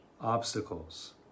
obstacles